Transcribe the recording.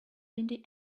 windy